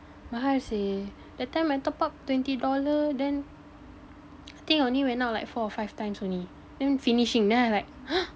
but how seh that time I topped up twenty dollar then I think I only went out like four or five times only then finishing then I'm like !huh!